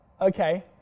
okay